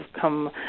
come